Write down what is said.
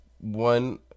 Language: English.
one